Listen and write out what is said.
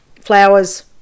flowers